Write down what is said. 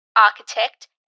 architect